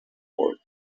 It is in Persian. برد